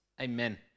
Amen